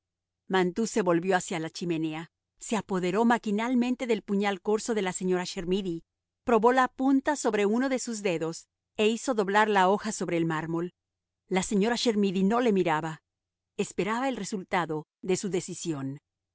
mantoux se volvió hacia la chimenea se apoderó maquinalmente del puñal corso de la señora chermidy probó la punta sobre uno de sus dedos e hizo doblar la hoja sobre el mármol la señora chermidy no le miraba esperaba el resultado de su decisión